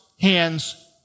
hands